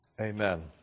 Amen